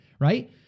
right